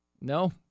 No